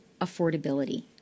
affordability